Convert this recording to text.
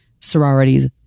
sororities